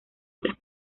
otras